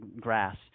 grass